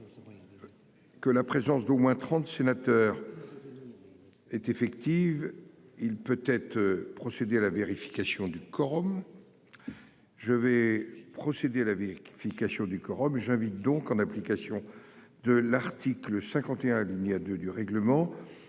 Que la présence d'au moins 30 sénateurs. Est effective. Il peut être procédé à la vérification du quorum. Je vais procéder à la vérification du quorum j'invite donc en application de l'article 51 alinéa de du règlement.